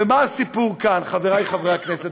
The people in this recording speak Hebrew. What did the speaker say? ומה הסיפור כאן, חברי חברי הכנסת?